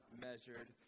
measured